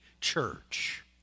church